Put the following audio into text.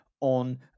on